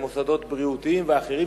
ממוסדות בריאותיים ואחרים,